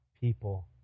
people